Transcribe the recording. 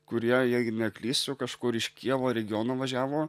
kurie jei neklystu kažkur iš kijevo regiono važiavo